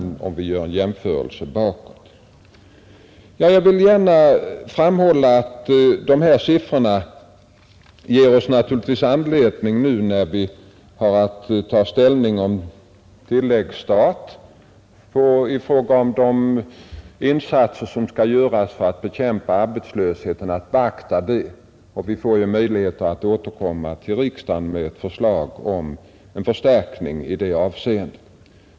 När vi nu har att ta ställning till vilka insatser som skall göras för att bekämpa arbetslösheten, bör vi naturligtvis beakta dessa siffror. Vi får ju möjligheter att återkomma till riksdagen med förslag om anslagsförstärkning.